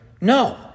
No